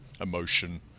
emotion